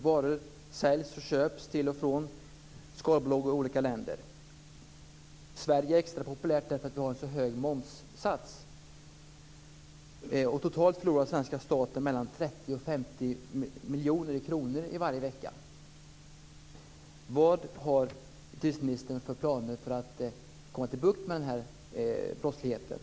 Varor säljs och köps till och från skalbolag i olika länder. Sverige är extra populärt därför att vi har en så hög momssats. Totalt förlorar den svenska staten 30-50 miljoner kronor varje vecka.